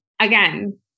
again